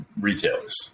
retailers